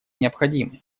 необходимы